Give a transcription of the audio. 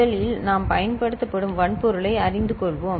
முதலில் நாம் பயன்படுத்தும் வன்பொருளைப் பற்றி அறிந்து கொள்வோம்